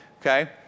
Okay